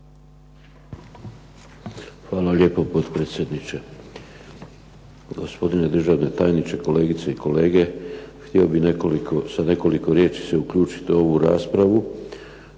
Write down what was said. Hvala lijepo potpredsjedniče. Gospodine državni tajniče, kolegice i kolege. Htio bih sa nekoliko riječi se uključiti u ovu raspravu